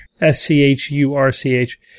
S-C-H-U-R-C-H